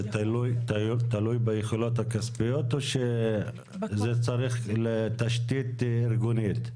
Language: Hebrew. זה תלוי ביכולות הכספיות או שזה מצריך תשתית ארגונית?